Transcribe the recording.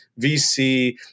VC